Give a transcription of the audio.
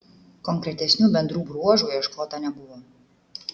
konkretesnių bendrų bruožų ieškota nebuvo